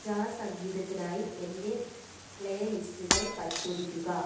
jazz സംഗീതത്തിനായി എന്റെ പ്ലേലിസ്റ്റുകൾ പരിശോധിക്കുക